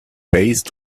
based